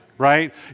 right